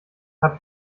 hab